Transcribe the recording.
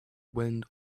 wind